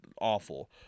awful